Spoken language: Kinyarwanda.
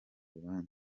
rubanza